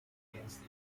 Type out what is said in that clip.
against